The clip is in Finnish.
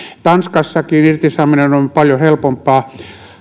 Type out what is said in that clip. tanskassakin irtisanominen on paljon helpompaa